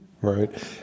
Right